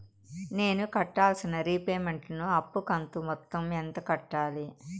నేను కట్టాల్సిన రీపేమెంట్ ను అప్పు కంతు మొత్తం ఎంత కట్టాలి?